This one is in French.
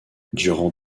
durant